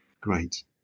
Great